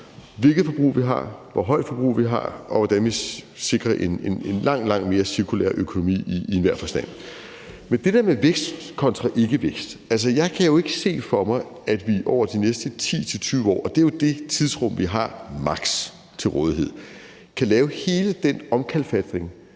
hvilket forbrug vi har, hvor højt forbrug vi har, og hvordan vi sikrer en langt, langt mere cirkulær økonomi i enhver forstand. Men med hensyn til det der med vækst kontra ikkevækst kan jeg jo ikke se for mig, at vi over de næste 10-20 år – og det er jo det tidsrum, vi maks. har til rådighed – kan lave hele den omkalfatring